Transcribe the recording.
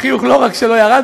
החיוך לא רק שלא ירד,